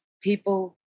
people